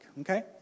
Okay